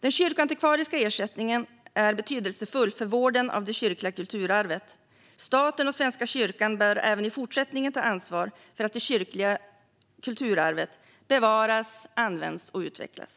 Den kyrkoantikvariska ersättningen är betydelsefull för vården av det kyrkliga kulturarvet. Staten och Svenska kyrkan bör även i fortsättningen ta ansvar för att det kyrkliga kulturarvet bevaras, används och utvecklas.